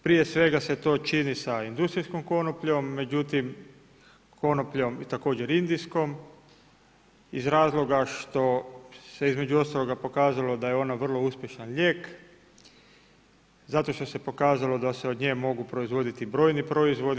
Prije svega se to čini sa industrijskom konopljom, međutim konopljom i također indijskom iz razloga što se između ostaloga pokazalo da je ona vrlo uspješan lijek zato što se pokazalo da se od nje mogu proizvoditi brojni proizvodi.